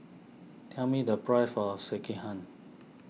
tell me the price of Sekihan